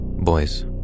Boys